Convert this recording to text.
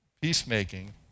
peacemaking